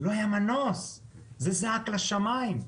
לא היה מנוס, זה זעק לשמיים.